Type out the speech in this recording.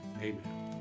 Amen